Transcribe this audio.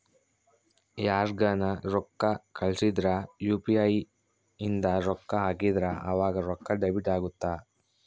ಯಾರ್ಗನ ರೊಕ್ಕ ಕಳ್ಸಿದ್ರ ಯು.ಪಿ.ಇ ಇಂದ ರೊಕ್ಕ ಹಾಕಿದ್ರ ಆವಾಗ ರೊಕ್ಕ ಡೆಬಿಟ್ ಅಗುತ್ತ